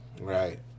right